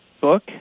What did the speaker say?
book